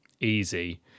easy